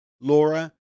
Laura